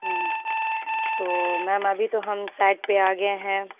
ہوں تو میم ابھی تو ہم سائٹ پہ آ گئے ہیں